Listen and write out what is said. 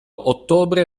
ottobre